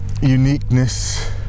uniqueness